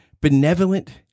benevolent